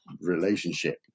relationship